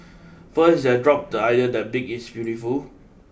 first he has dropped the idea that big is beautiful